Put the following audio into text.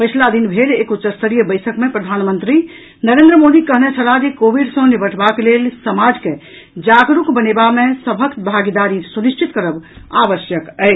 पछिला दिन भेल एक उच्चस्तरीय बैसक मे प्रधानमंत्री नरेन्द्र मोदी कहने छलाह जे कोविड सॅ निबटबाक लेल समाज के जागरूक बनेवा मे सभक भागीदारी सुनिश्चित करब आवश्यक अछि